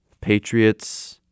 Patriots